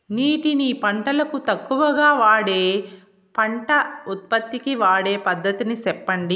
నీటిని పంటలకు తక్కువగా వాడే పంట ఉత్పత్తికి వాడే పద్ధతిని సెప్పండి?